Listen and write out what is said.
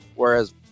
whereas